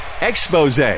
expose